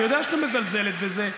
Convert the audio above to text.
אני יודע שאת מזלזלת בזה.